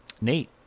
nate